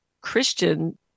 christian